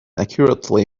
accurately